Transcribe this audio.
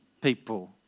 people